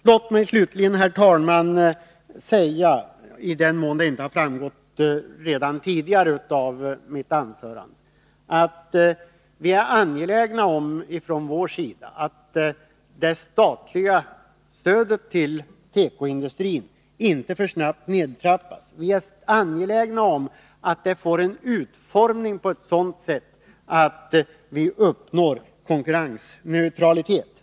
Låt mig slutligen, herr talman, säga — i den mån det inte framgått redan tidigare av mitt anförande —att vi från vår sida är angelägna om att det statliga stödet till tekoindustrin inte trappas ned för snabbt, utan får en utformning som gör att vi uppnår konkurrensneutralitet.